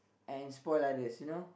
and spoil others you know